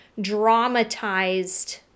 dramatized